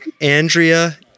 Andrea